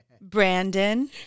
Brandon